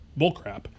bullcrap